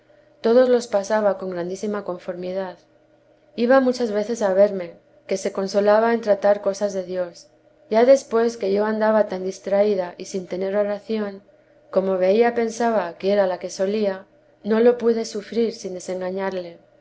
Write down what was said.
todos los pasaba con grandísima conformidad iba muchas veces a verme que se consolaba en tratar cosas de dios ya después que yo andaba tan distraída y sin tener oración como veía pensaba que era la que solía no lo pude sufrir sin desengañarle